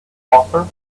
offer